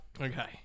Okay